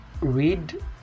read